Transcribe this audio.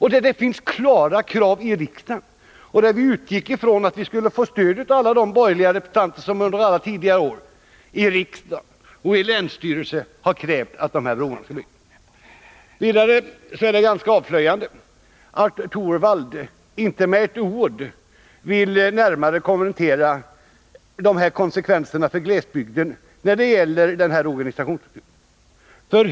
I dessa fall finns det också klara krav i riksdagen, och vi utgick från att vi skulle få stöd av alla de borgerliga representanter som under tidigare år i riksdagen och i länsstyrelsen har krävt att de här broarna skall byggas. Vidare är det ganska avslöjande att Rune Torwald inte med ett enda ord vill närmare kommentera konsekvenserna för glesbygden av den här organisationsöversynen.